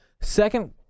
Second